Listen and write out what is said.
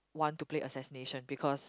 want to play assassination because